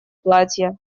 платье